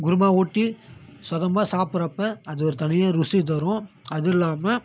குருமா ஊற்றி சொதம்ப சாப்பிட்றப்ப அது ஒரு தனியான ருசி தரும் அதுவும் இல்லாமல்